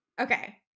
Okay